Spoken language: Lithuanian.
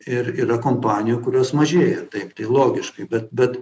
ir yra kompanijų kurios mažėja taip tai logiškai bet bet